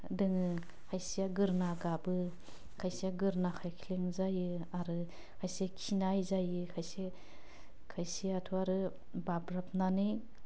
दोङो खायसेया गोरना गाबो खायसेया गोरना खायख्लें जायो आरो खायसे खिनाय जायो खायसे खायसेआथ' आरो बाब्राबनानै